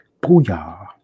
booyah